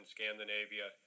Scandinavia